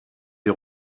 des